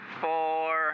four